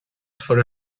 for